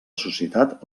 societat